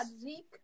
Zeke